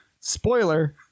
Spoiler